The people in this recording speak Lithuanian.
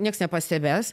nieks nepastebės